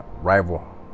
rival